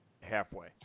halfway